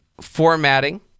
formatting